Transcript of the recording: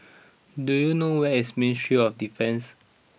do you know where is Ministry of Defence